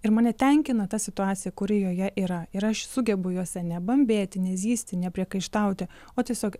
ir mane tenkina ta situacija kuri joje yra ir aš sugebu juose nebambėti nezyzti nepriekaištauti o tiesiog